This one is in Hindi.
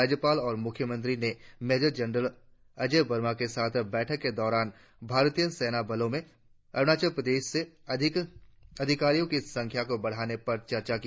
राज्यपाल और मुख्यमंत्री ने मेजर जनरल अजय वर्मा के साथ बैठक के दौरान भारतीय सैन्य बलो ने अरुणाचल प्रदेश से अधिकारियों की संख्या को बढ़ाने पर चर्चा की